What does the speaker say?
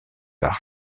par